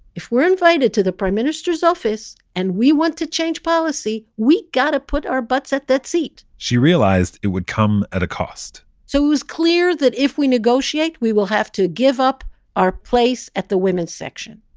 if we're invited to the prime minister's office and we want to change policy, we gotta put our butts at that seat she realized it would come at a cost so it was clear that if we negotiate, we will have to give up our place at the women's section.